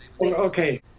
okay